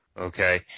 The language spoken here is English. Okay